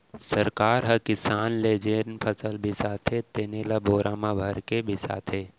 सरकार ह किसान ले जेन फसल बिसाथे तेनो ल बोरा म भरके बिसाथे